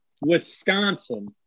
Wisconsin